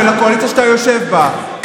מהקואליציה שאתה יושב בה,